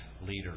leaders